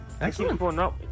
Excellent